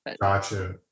Gotcha